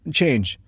change